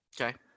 Okay